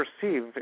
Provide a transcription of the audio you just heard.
perceive